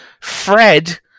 Fred